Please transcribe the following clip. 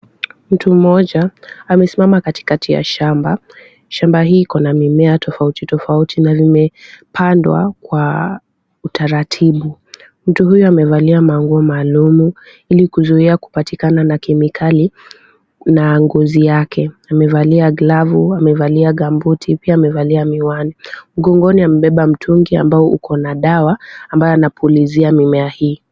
Mtu mmoja amesimama katikati ya shamba. Shamba hii Iko na mimea tofauti tofauti na limepandwa kwa utaratibu. Mtu huyu amevalia manguo maalum ili kuzuia kupatikana na kemikali na ngozi yake. Amevalia glavu, amevalia gambuti pia amevalia miwani. Mgongoni amebeba mitungi ambao uko na dawa, ambayo anapulizia mimiea hii.